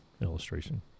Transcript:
illustration